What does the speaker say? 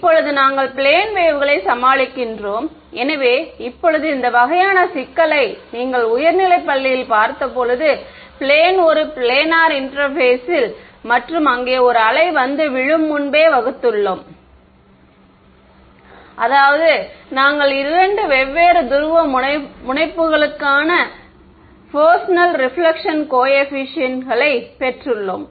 இப்போது நாங்கள் பிளேன் வேவ்களை சமாளிக்கின்றோம் எனவே இப்போது இந்த வகையான சிக்கலை நீங்கள் உயர்நிலைப் பள்ளியில் பார்த்தபோது பிளேன் ஒரு பிளானர் இன்டெர்பேஸ் மற்றும் அங்கே ஒரு வேவ் வந்து விழும் முன்பே வகுத்துள்ளோம் அதாவது நாங்கள் இரண்டு வெவ்வேறு துருவமுனைப்புகளுக்கான ஃப்ரெஸ்னல் ரெபிலெக்ஷன் கோயெபிசியன்ட்களை பெற்றுள்ளோம்